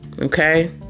Okay